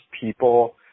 people